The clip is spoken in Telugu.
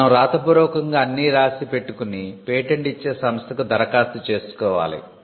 మనం రాతపూర్వకంగా అన్నీ రాసి పెట్టుకుని పేటెంట్ ఇచ్చే సంస్థకు ధరఖాస్తు పెట్టుకోవాలి